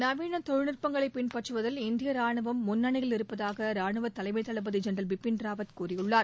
நவீன தொழில்நுட்பங்களை பின்பற்றுவதில் இந்திய ரானுவம் முன்னணியில் இருப்பதாக ரானுவ தலைமை தளபதி ஜெனரல் பிபின் ராவத் கூறியுள்ளார்